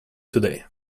today